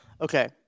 Okay